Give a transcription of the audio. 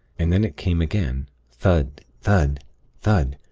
and then it came again thud, thud, thud,